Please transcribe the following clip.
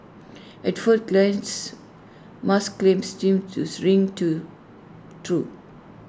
at first glance Musk's claims seems tooth ring to true